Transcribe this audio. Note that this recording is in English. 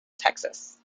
texas